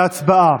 להצבעה.